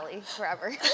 Forever